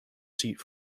seat